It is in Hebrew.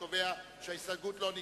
אני קובע שהחלופין של 62 יום לא יבוא.